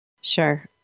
Sure